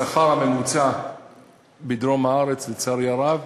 השכר הממוצע בדרום הארץ, לצערי הרב,